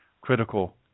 critical